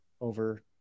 over